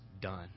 done